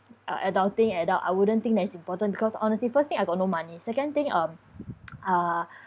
uh adulting adult I wouldn't think that is important because honestly first thing I got no money second thing um uh